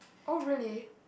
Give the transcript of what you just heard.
oh really